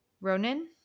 Ronan